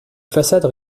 façades